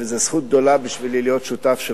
וזו זכות גדולה בשבילי להיות שותף שלך.